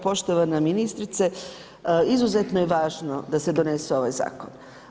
Poštovana ministrice, izuzetno je važno da se donese ovaj zakon.